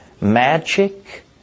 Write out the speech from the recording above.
magic